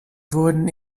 wurden